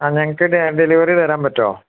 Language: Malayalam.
ആ ഞങ്ങള്ക്ക് ഡെലിവറി തരാന് പറ്റുമോ